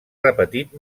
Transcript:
repetit